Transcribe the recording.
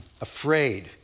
afraid